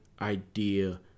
idea